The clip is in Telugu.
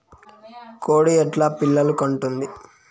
కోడి ఎట్లా పిల్లలు కంటుంది?